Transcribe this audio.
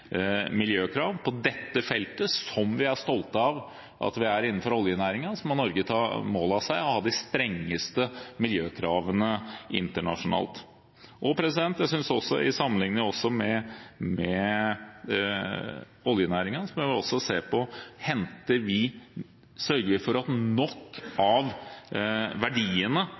miljøkrav på dette feltet – som vi er stolte av at vi har innenfor oljenæringen – og Norge må ta mål av seg å ha de strengeste miljøkravene internasjonalt. Jeg synes også, til sammenlikning med oljenæringen, vi må se på om vi sørger for at nok